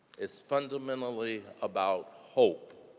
it's fundamentally about hope.